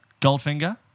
Goldfinger